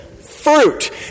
fruit